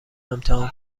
امتحان